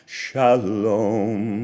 shalom